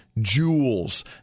Jewels